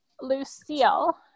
Lucille